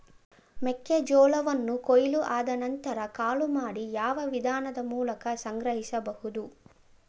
ಮೆಕ್ಕೆ ಜೋಳವನ್ನು ಕೊಯ್ಲು ಆದ ನಂತರ ಕಾಳು ಮಾಡಿ ಯಾವ ವಿಧಾನದ ಮೂಲಕ ಸಂಗ್ರಹಿಸಬಹುದು?